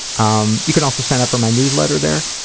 um you can also sign up for my newsletter there.